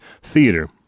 theater